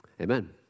amen